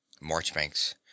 Marchbanks